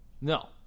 No